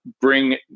bring